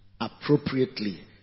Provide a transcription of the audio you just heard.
appropriately